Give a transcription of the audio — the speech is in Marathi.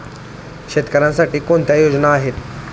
शेतकऱ्यांसाठी कोणत्या योजना आहेत?